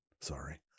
Sorry